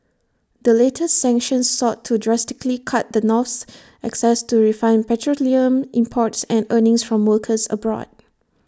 the latest sanctions sought to drastically cut the North's access to refined petroleum imports and earnings from workers abroad